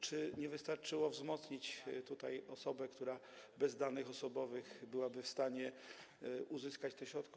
Czy nie wystarczyło wzmocnić tutaj osobę, która bez danych osobowych byłaby w stanie uzyskać te środki?